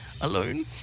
alone